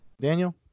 Daniel